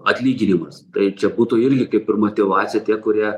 atlyginimas tai čia būtų irgi kaip ir motyvacija tie kurie